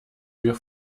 wir